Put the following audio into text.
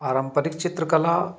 पारंपरिक चित्रकला